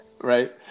right